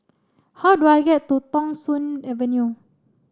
how do I get to Thong Soon Avenue